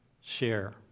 share